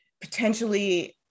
potentially